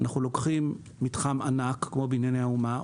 אנחנו לוקחים מתחם ענק כמו בנייני האומה,